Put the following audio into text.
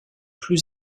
plus